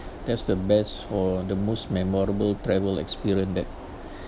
that's the best or the most memorable travel experience that